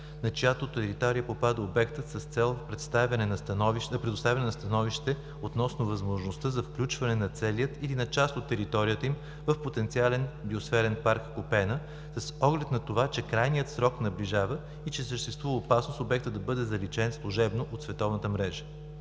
на чиято територия попада обектът, с цел предоставяне на становище относно възможността за включване на цялата или на част от територията им в потенциален биосферен парка „Купена“ с оглед на това, че крайният срок наближава и че съществува опасност обектът да бъде заличен служебно от световната мрежа.